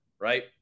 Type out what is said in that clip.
right